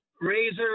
razor